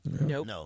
Nope